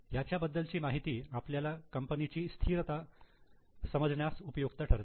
याच्या बद्दलची माहिती आपल्याला कंपनीची स्थिरता समजण्यास उपयुक्त ठरते